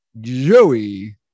Joey